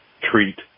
treat